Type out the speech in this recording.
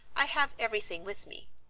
i have everything with me.